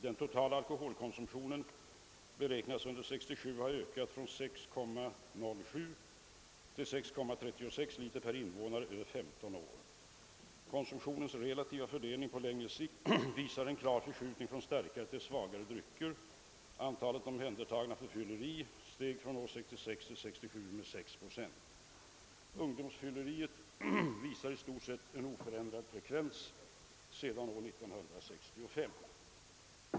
Den totala alkoholkonsumtionen beräknas under år 1967 ha ökat från 6,07 till 6,36 liter per invånare Över 15 år. Konsumtionens relativa fördelning på längre sikt visar en klar förskjutning från starkare till svagare drycker. Antalet omhändertaganden för fylleri steg från år 1966 till år 1967 med 6 procent. Ungdomsfylleriet visar i stort sett oförändrad frekvens sedan år 1965.